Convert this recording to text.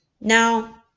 Now